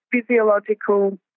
physiological